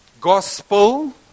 gospel